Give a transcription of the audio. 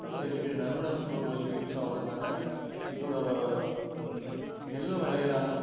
cent நறுமணப்பொருட்களுக்கு use ஆகறதுனால இதோடு நெல்லும் விளையுறாங்க